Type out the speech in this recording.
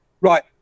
Right